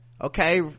okay